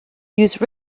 use